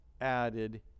added